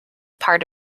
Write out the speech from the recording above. part